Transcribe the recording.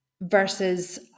versus